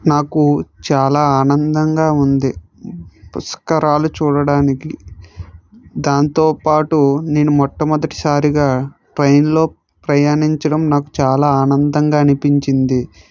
నాకు చాలా ఆనందంగా ఉంది పుష్కరాలు చూడడానికి దాంతోపాటు నేను మొట్టమొదటిసారిగా ట్రైన్లో ప్రయాణించడం నాకు చాలా ఆనందంగా అనిపించింది